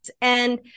and-